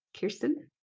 Kirsten